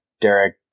Derek